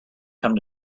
come